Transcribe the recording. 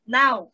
now